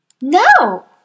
No